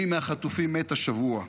מי מהחטופים מת השבוע,